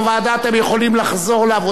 אתם יכולים לחזור לעבודתכם.